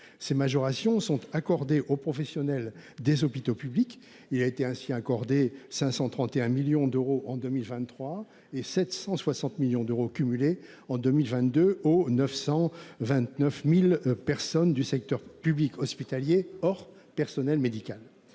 Ces majorations sont accordées aux professionnels des hôpitaux publics. Elles représentaient 531 millions d'euros en 2023 et 760 millions d'euros cumulés en 2022, versés aux 929 000 personnes du secteur public hospitalier, hors personnel médical.